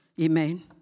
Amen